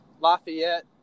Lafayette